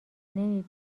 نمی